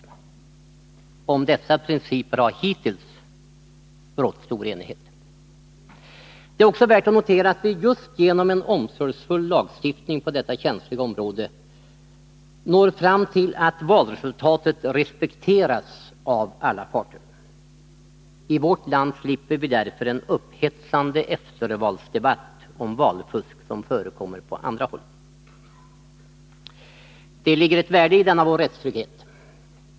Om dessa principer har hittills rått stor enighet. Det är också värt att notera att vi just genom en omsorgsfull lagstiftning på detta känsliga område når fram till att valresultatet respekteras av alla parter. I vårt land slipper vi därför en upphetsande eftervalsdebatt om valfusk som förekommer på andra håll. Det ligger ett värde i denna vår rättstrygghet.